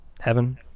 heaven